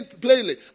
plainly